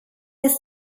ist